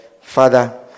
Father